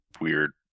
weird